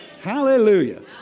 Hallelujah